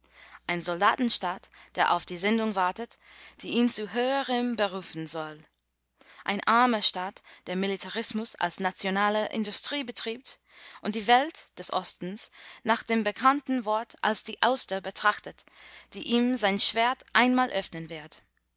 ein soldatenstaat der auf die sendung wartet die ihn zu höherem berufen soll ein armer staat der militarismus als nationale industrie betreibt und die welt des ostens nach dem bekannten wort als die auster betrachtet die ihm sein schwert einmal öffnen wird